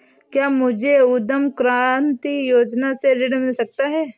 क्या मुझे उद्यम क्रांति योजना से ऋण मिल सकता है?